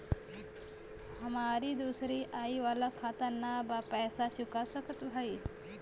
हमारी दूसरी आई वाला खाता ना बा पैसा चुका सकत हई?